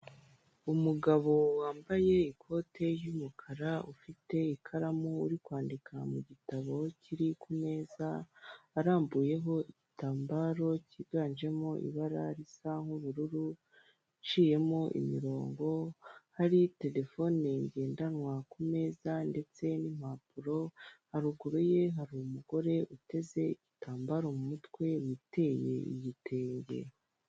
Umugabo wambaye ikote ry'umukara ufite ikaramu uri kwandika mu gitabo kiri kumeza, arambuyeho igitambaro cyiganjemo ibara risa nk'ubururu ciyemo imirongo hari terefone ngendanwa ku meza ndetse n'impapuro, haruguru ye hari umugore uteze igitambaro mu mutwe witeye igitenge.